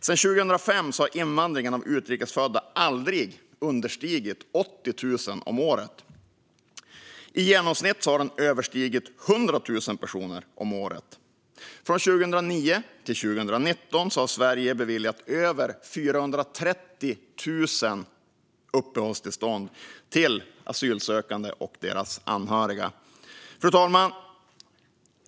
Sedan 2005 har invandringen av utrikesfödda aldrig understigit 80 000 personer om året och i genomsnitt överstigit 100 000 personer om året. Från 2009 till 2019 har Sverige beviljat över 430 000 uppehållstillstånd till asylsökande och deras anhöriga. Fru talman!